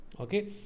okay